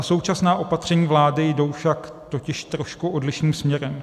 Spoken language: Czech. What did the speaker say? Současná opatření vlády jdou však totiž trošku odlišným směrem.